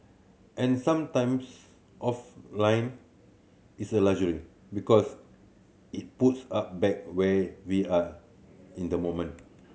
and some times offline is a luxury because it puts up back where we are in the moment